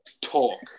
talk